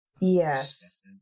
Yes